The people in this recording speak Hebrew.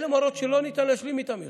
אלה מראות שלא ניתן להשלים איתם יותר.